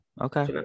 Okay